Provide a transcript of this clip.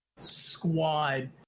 squad